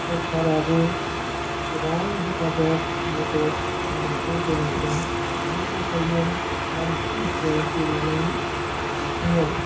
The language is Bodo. सरखाराबो गोबां हेफाजाब मदद होनायखौ जों नुदों बिनि थाखायनो मानसिफ्रा गेलेनाय बिथिङाव